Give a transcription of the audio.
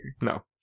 No